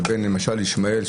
לבין ישמעאל למשל,